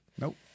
Nope